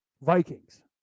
Vikings